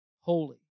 Holy